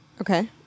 Okay